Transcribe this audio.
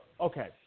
okay